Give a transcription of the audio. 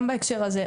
גם בהקשר הזה,